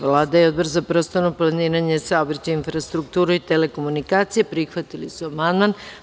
Vlada i Odbor za prostorno planiranje i saobraćaj, infrastrukturu i telekomunikacije prihvatili su amandman.